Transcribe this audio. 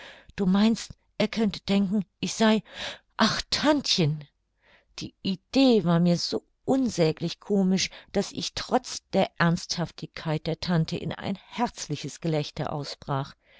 du meinst er könnte denken ich sei ach tantchen die idee war mir so unsäglich komisch daß ich trotz der ernsthaftigkeit der tante in ein herzliches gelächter ausbrach